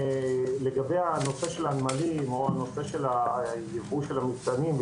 לגבי הנושא של הנמלים או הנושא של הייבוא של המטענים,